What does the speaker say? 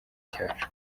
cyacu